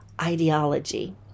ideology